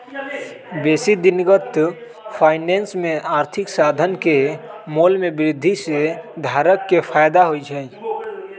बेशी दिनगत फाइनेंस में आर्थिक साधन के मोल में वृद्धि से धारक के फयदा होइ छइ